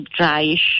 dryish